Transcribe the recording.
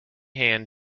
hand